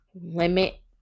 limit